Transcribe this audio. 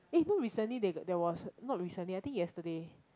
eh know recently they got there was not recently I think yesterday